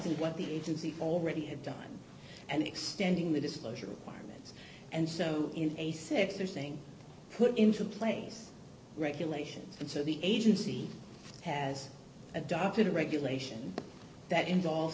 ing what the agency already had done and extending the disclosure requirements and so in a six they're saying put into place regulations and so the agency has adopted a regulation that involve